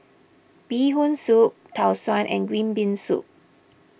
Bee Hoon Soup Tau Suan and Green Bean Soup